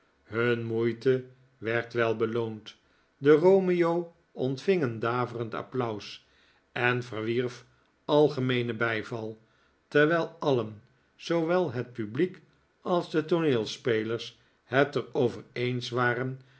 hun moeite werd wel beloond de romeo ontving een daverend applaus en verwierf algemeenen bijval terwijl alien zoowel het publiek als de tooneelspelers het er over eens waren